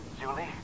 Julie